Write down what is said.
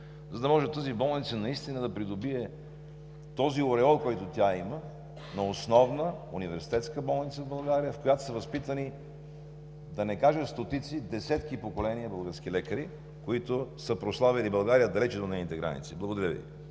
за да може тази болница наистина да придобие този ореол, който тя има на основна университетска болница в България, в която са възпитани да не кажа стотици, десетки поколения български лекари, които са прославили България далече от нейните граници? Благодаря Ви,